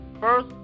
first